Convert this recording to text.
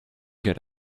get